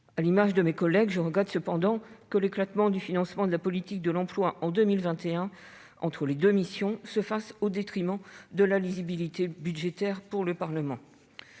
À l'image de mes collègues, je regrette cependant que l'éclatement du financement de la politique de l'emploi en 2021 entre les deux missions se fasse au détriment de la lisibilité budgétaire pour le Parlement.